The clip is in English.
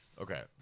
Okay